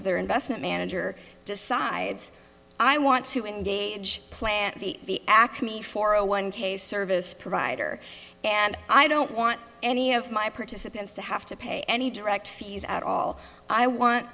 of their investment manager decides i want to engage plant the acme for a one case service provider and i don't want any of my participants to have to pay any direct fees at all i want